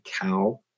cow